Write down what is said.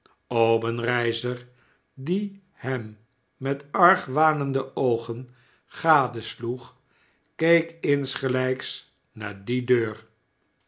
obenreizer die hem met argwanende oogen gadesloeg keek insgelijks naar die deur